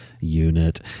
unit